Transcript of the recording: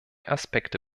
aspekte